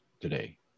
today